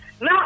No